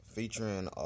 Featuring